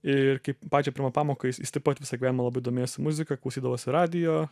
ir kaip pačią pirmą pamoką jis jis taip pat visą gyvenimą labai domėjosi muzika klausydavosi radijo